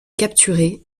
capturé